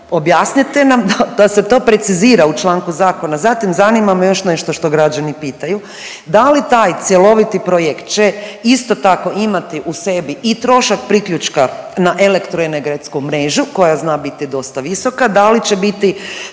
objasnite nam da se to precizira u članku zakona. Zatim, zanima me još nešto što građani pitaju. Da li taj cjeloviti projekt će isto tako imati u sebi i trošak priključka na elektroenergetsku mrežu koja zna biti dosta visoka, da li će biti